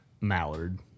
mallard